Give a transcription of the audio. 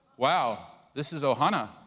wow, this is ohana,